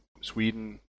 Sweden